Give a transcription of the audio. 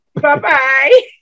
Bye-bye